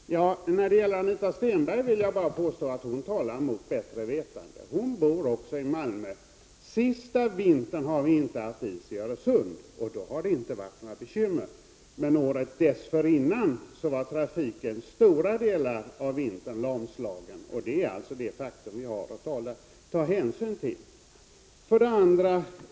Herr talman! När det gäller det som Anita Stenberg sade vill jag bara påstå att hon talar mot bättre vetande. Också hon bor i Malmö. Den senaste vintern har vi inte haft is i Öresund, och då har det inte varit några bekymmer, men året dessförinnan var trafiken lamslagen under stora delar av vintern. Det är en faktor som vi har att ta hänsyn till.